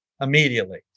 immediately